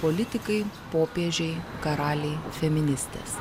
politikai popiežiai karaliai feministės